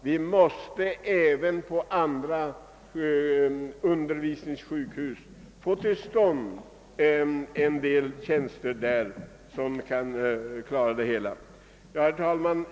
Vi måste även på andra undervisningssjukhus inrätta nya tjänster för att komma till rätta med förhållandena. Herr talman!